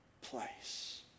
place